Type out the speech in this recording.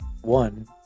one